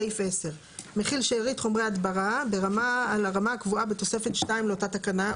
סעיף 10: "מכיל שארית חומרי הדברה לרמה הגבוהה בתוספת 2 לאותה תקנה".